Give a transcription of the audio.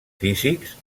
físics